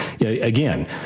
again